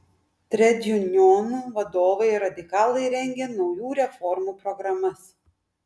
tredjunionų vadovai ir radikalai rengė naujų reformų programas